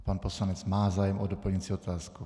Pan poslanec má zájem o doplňující otázku.